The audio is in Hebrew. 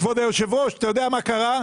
כבוד היושב-ראש, אתה יודע מה קרה?